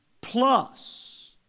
plus